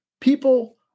people